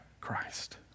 Christ